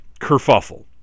kerfuffle